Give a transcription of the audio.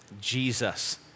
Jesus